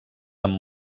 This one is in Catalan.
amb